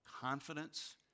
confidence